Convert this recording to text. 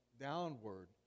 downward